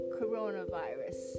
coronavirus